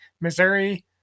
Missouri